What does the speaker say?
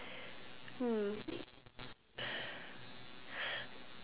hmm